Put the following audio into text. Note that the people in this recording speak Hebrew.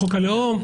חוק הלאום,